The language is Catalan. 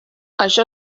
això